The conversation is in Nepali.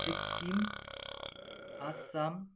सिक्किम आसाम